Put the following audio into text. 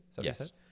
Yes